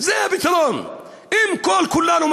במרחב ממש מצומצם, גם זה